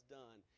done